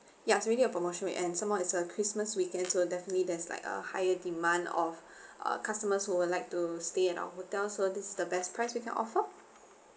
ya so we give a promotion weekend some more it's a christmas weekend so definitely there's like a higher demand of uh customers who would like to stay in our hotel so this is the best price we can offer